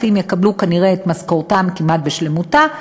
שמשתכרים עד 10,000 שקל יקבלו כנראה את משכורתם כמעט בשלמותה,